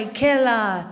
killer